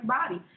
body